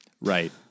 right